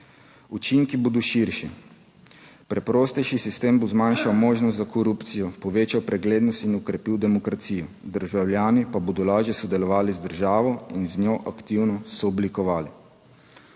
Učinki bodo širši. Preprostejši sistem bo zmanjšal možnost za korupcijo, povečal preglednost in okrepil demokracijo. Državljani pa bodo lažje sodelovali z državo in z njo aktivno sooblikovali.